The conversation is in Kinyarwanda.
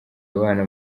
abana